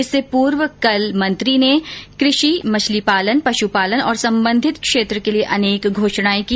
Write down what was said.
इससे पूर्व कल उन्होंने कृषि मछली पालन पशुपालन और संबंधित क्षेत्र के लिए अनेक घोषणाएं की